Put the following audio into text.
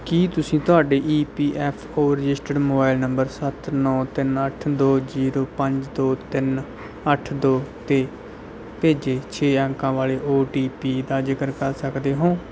ਕੀ ਤੁਸੀਂ ਤੁਹਾਡੇ E P F O registered mobile number ਸੱਤ ਨੌ ਤਿੰਨ ਅੱਠ ਦੋ ਜ਼ੀਰੋ ਪੰਜ ਦੋ ਤਿੰਨ ਅੱਠ ਦੋ 'ਤੇ ਭੇਜੇ ਛੇ ਅੰਕਾਂ ਵਾਲੇ ਓ ਟੀ ਪੀ ਦਾ ਜ਼ਿਕਰ ਕਰ ਸਕਦੇ ਹੋ